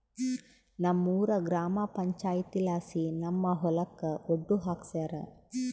ನಮ್ಮೂರ ಗ್ರಾಮ ಪಂಚಾಯಿತಿಲಾಸಿ ನಮ್ಮ ಹೊಲಕ ಒಡ್ಡು ಹಾಕ್ಸ್ಯಾರ